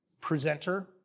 presenter